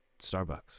Starbucks